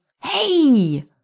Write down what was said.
Hey